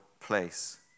place